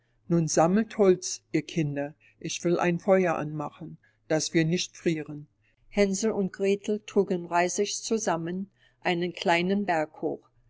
nun sammelt holz ihr kinder ich will ein feuer anmachen daß wir nicht frieren hänsel und gretel trugen reisig zusammen einen kleinen berg hoch